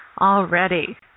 already